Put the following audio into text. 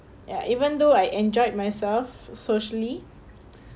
ya even though I enjoyed myself socially